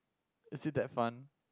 it see that fun